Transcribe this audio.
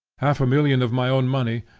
half a million of my own money,